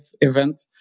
event